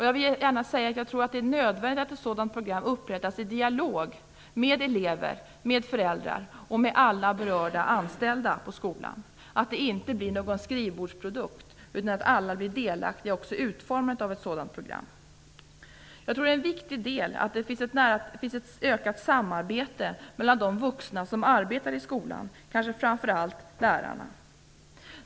Jag tror att det är nödvändigt att ett sådant program upprättas i dialog med elever, föräldrar och alla berörda anställda på skolan. Det får inte bli en skrivbordsprodukt, utan alla skall vara delaktiga också i utformandet av ett sådant program. Jag tror att en viktig del är att det finns ett ökat samarbete mellan de vuxna som arbetar i skolan, kanske framför allt lärarna.